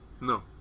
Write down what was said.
No